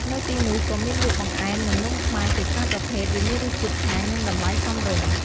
នៅទីនោះក៏មានលក់ បង្អែម និងនំខ្មែរ ជាច្រើនប្រភេទ វាមានរសជាតិឆ្ងាញ់ និង តម្លៃសមរម្យ។